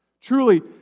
truly